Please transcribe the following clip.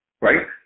right